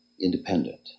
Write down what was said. independent